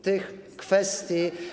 Tych kwestii.